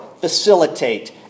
facilitate